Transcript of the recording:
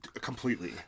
Completely